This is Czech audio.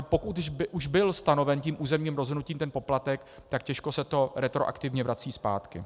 Pokud už byl stanoven územním rozhodnutím ten poplatek, tak těžko se to retroaktivně vrací zpátky.